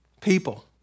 people